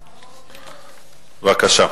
בבקשה.